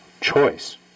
choice